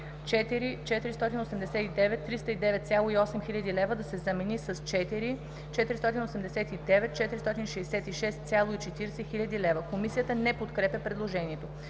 „4 489 309,8 хил. лв.“ да се замени с „4 489 466,40 хил. лв.“ Комисията не подкрепя предложението.